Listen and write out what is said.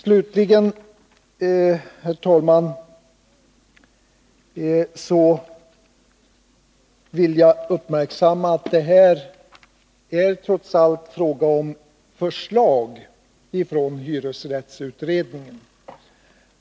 Slutligen, herr talman, vill jag uppmärksamma att det trots allt är fråga om förslag från hyresrättsutredningen.